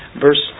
Verse